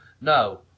No